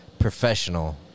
Professional